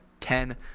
ten